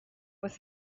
was